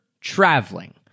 traveling